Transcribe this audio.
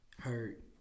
hurt